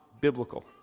biblical